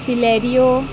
Celerio